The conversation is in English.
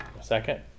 second